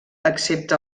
excepte